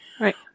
Right